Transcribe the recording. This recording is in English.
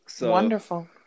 Wonderful